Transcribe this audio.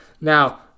Now